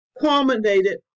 culminated